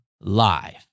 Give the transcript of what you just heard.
live